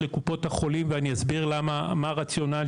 הזו